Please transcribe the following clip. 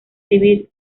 civil